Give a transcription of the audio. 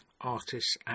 artists